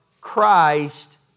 Christ